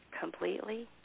completely